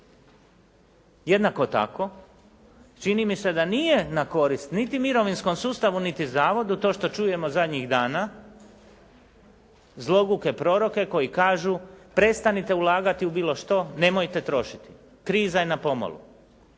Jednako tako, čini mi se da nije na korist niti mirovinskom sustavu niti zavodu, to što čujemo zadnjih dana zloguke proroke koji kažu: "Prestanite ulagati u bilo što, nemojte trošiti, kriza je na pomolu.".